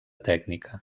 tècnica